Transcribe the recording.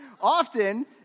often